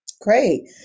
Great